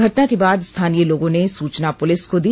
घटना के बाद स्थानीय लोगों ने सूचना पुलिस की दी